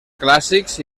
clàssics